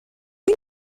این